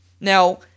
Now